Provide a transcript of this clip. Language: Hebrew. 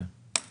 כן.